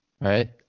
right